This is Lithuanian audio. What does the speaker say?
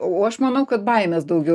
o aš manau kad baimės daugiau